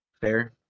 fair